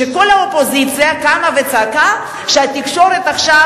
כשכל האופוזיציה קמה וצעקה שהתקשורת עכשיו